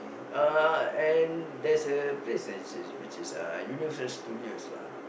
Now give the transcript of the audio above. uh and there's a place which is which is uh Universal-Studios lah